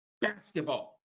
basketball